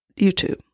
YouTube